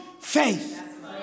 faith